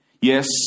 Yes